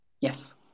Yes